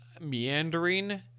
meandering